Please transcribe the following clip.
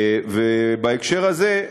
ובהקשר הזה,